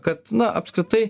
kad na apskritai